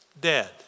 dead